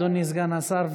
אדוני סגן השרה,